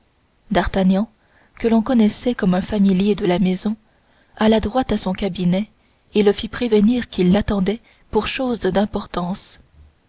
d'artagnan que l'on connaissait comme un familier de la maison alla droit à son cabinet et le fit prévenir qu'il l'attendait pour chose d'importance